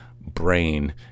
brain